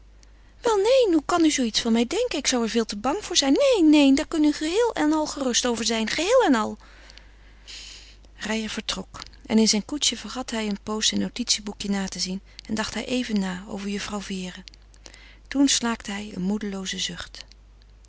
wel neen hoe kan u zoo iets van mij denken ik zou er veel te bang voor zijn neen neen daar kan u geheel en al gerust over zijn geheel en al reijer vertrok en in zijn koetsje vergat hij een pooze zijn notitieboekje na te zien en dacht hij even na over juffrouw vere toen slaakte hij een moedeloozen